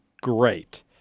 great